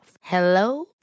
Hello